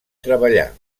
treballar